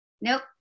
Nope